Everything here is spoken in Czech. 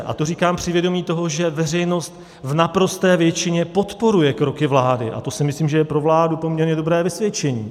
A to říkám při vědomí toho, že veřejnost v naprosté většině podporuje kroky vlády, a to si myslím, že je pro vládu poměrně dobré vysvědčení.